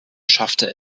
schaffte